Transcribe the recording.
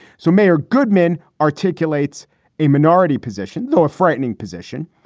so mayor goodman articulates a minority position, though, a frightening position,